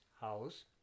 house